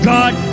God